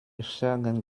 schergen